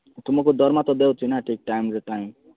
ତୁମକୁ ଦରମା ତ ଦେଉଛି ନା ଠିକ୍ ଟାଇମରୁ ଟାଇମ୍